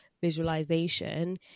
visualization